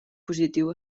positiu